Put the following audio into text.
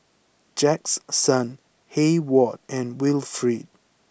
Jaxson Heyward and Wilfrid